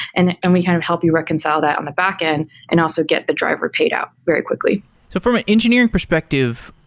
and and we kind of help you reconcile that on the backend and also get the driver paid out very quickly so from an engineering perspective,